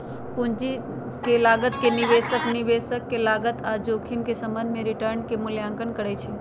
पूंजी के लागत में निवेशक निवेश के लागत आऽ जोखिम के संबंध में रिटर्न के मूल्यांकन करइ छइ